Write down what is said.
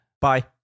bye